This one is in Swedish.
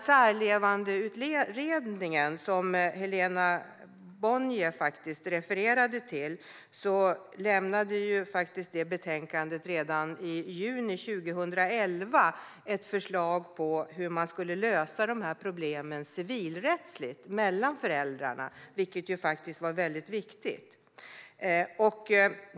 Särlevandeutredningen, som Helena Bonnier refererade till, lämnade redan i juni 2011 ett betänkande med ett förslag på hur man skulle lösa de här problemen civilrättsligt mellan föräldrarna, vilket var väldigt viktigt.